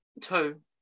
two